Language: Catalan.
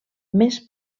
més